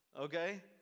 okay